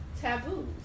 taboos